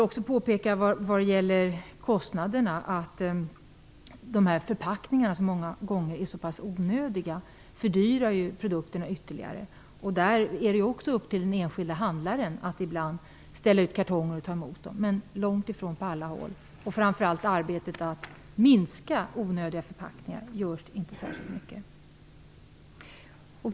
När det gäller kostnaderna fördyrar ju dessa förpackningar, som många gånger är onödiga, produkterna ytterligare. Det är ju upp till den enskilde handlaren att ta emot återlämnade förpackningar, men det sker långt ifrån på alla håll. Det görs över huvud taget inte särskilt mycket för att minska antalet onödiga förpackningar. Fru talman!